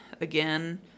again